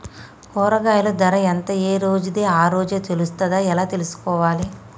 కూరగాయలు ధర ఎంత ఏ రోజుది ఆ రోజే తెలుస్తదా ఎలా తెలుసుకోవాలి?